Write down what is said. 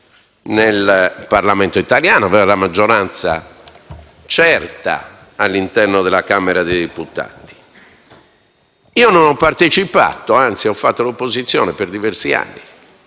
nel Parlamento italiano, con la maggioranza certa all'interno della Camera dei deputati. Non ho partecipato, anzi, ho fatto opposizione per diversi anni,